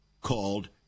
called